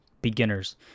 Beginners